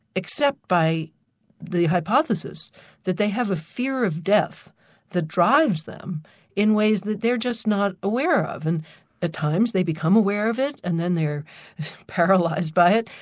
except by the hypothesis that they have a fear of death that drives them in ways that they're just not aware of. and at times they become aware of it, and then they're paralysed by it,